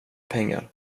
pengar